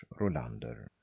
Rolander